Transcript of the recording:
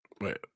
Wait